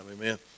amen